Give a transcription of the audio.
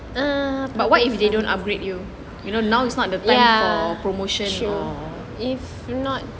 but what if they don't upgrade you you know now is not the time for promotion or